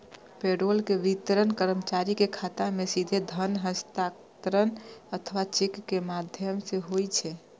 payroll के वितरण कर्मचारी के खाता मे सीधे धन हस्तांतरण अथवा चेक के माध्यम सं होइ छै